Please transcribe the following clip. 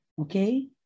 okay